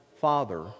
Father